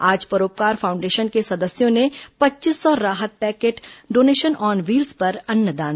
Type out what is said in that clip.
आज परोपकार फाउंडेशन के सदस्यों ने पच्चीस सौ राहत पैकेट डोनेशन ऑन व्हील्स पर अन्नदान किया